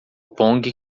pongue